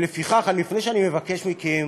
לפיכך, לפני שאני מבקש מכם